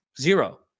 Zero